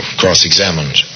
cross-examined